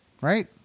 right